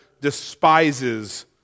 despises